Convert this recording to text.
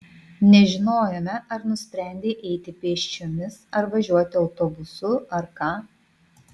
nežinojome ar nusprendei eiti pėsčiomis ar važiuoti autobusu ar ką